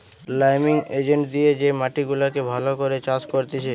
liming agent দিয়ে যে মাটি গুলাকে ভালো করে চাষ করতিছে